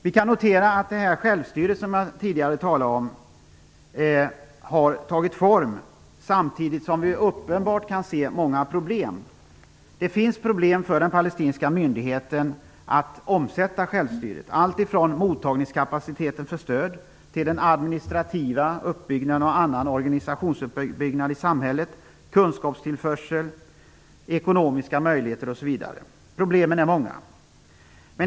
Vi kan notera att det självstyre som jag tidigare talade om har tagit form, samtidigt som vi kan se många uppenbara problem. Det finns problem för den palestinska myndigheten att omsätta självstyret, alltifrån kapacitet för mottagning av stöd till administrativ och annan uppbyggnad av organisation i samhället, kunskapstillförsel, ekonomiska möjligheter osv. Problemen är många.